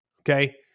okay